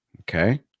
Okay